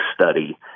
study